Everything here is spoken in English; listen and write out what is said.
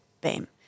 bam